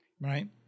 Right